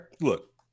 look